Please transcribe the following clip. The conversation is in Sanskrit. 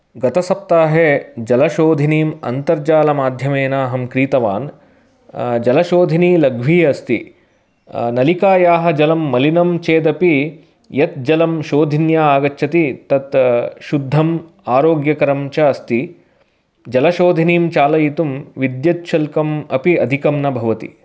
गतसप्ताहे जलशोधिनीम् अन्तर्जालमाध्यमेन अहं कृतवान् जलशोधिनी लघ्वी अस्ति नालिकायाः जलं मलिनं चेद् अपि यद् जलं शोधिन्याम् आगच्छति तद् शुद्धम् आरोग्यकरं च अस्ति जलशोधिनीं चालयितुं विद्युत् शुल्कम् अपि अधिकं न भवति